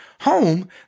home